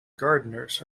gardeners